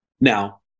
Now